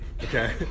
Okay